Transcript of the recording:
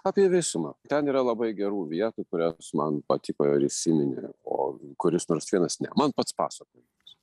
apie visumą ten yra labai gerų vietų kurios man patiko ir įsiminė o kuris nors vienas ne man pats pasakojimas